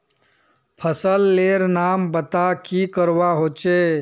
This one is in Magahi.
फसल लेर नाम बता की करवा होचे?